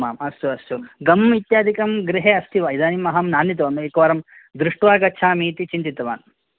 आम् आम् अस्तु अस्तु गम् इत्यादिकं गृहे अस्ति वा इदानीं अहं नानीतवान् अहं एकवारं दृष्ट्वा गच्छामि इति चिन्तितवान्